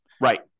Right